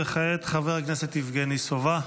וכעת חבר הכנסת יבגני סובה.